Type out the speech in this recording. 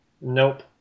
nope